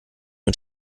mit